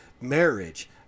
Marriage